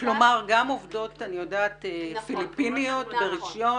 עובדות פיליפיניות ברישיון.